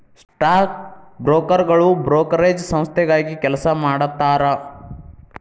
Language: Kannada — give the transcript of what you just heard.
ಸ್ಟಾಕ್ ಬ್ರೋಕರ್ಗಳು ಬ್ರೋಕರೇಜ್ ಸಂಸ್ಥೆಗಾಗಿ ಕೆಲಸ ಮಾಡತಾರಾ